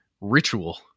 ritual